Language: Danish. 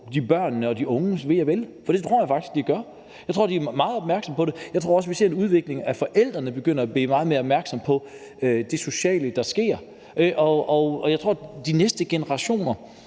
på børnenes og de unges ve og vel, for det tror jeg faktisk at de gør. Jeg tror, at de er meget opmærksomme på det. Jeg tror også, at vi ser den udvikling, at forældrene begynder at blive meget mere opmærksomme på det sociale, der sker. Jeg tror, at de næste generationer